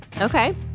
Okay